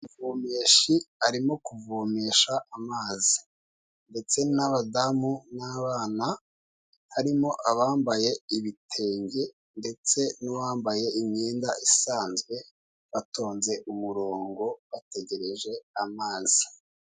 Umuvomeshi arimo kuvomesha amazi ndetse n'abadamu n'abana, harimo abambaye ibitenge ndetse n'uwambaye imyenda isanzwe, batonze umurongo bategereje amazi.